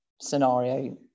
scenario